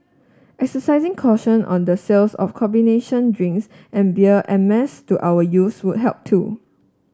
exercising caution on the sales of combination drinks and beer en mass to our youth would help too